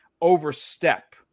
overstep